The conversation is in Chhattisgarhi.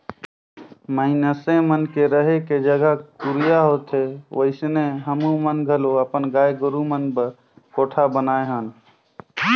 मइनसे मन के रहें के जघा कुरिया होथे ओइसने हमुमन घलो अपन गाय गोरु मन बर कोठा बनाये हन